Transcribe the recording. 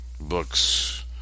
books